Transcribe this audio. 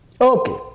Okay